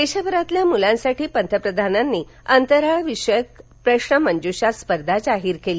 देशभरातल्या मुलांसाठी पंतप्रधानांनी अंतराळविषयक प्रश्रमंजुषा स्पर्धा जाहीर केली